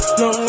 no